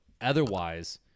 otherwise